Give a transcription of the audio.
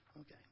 Okay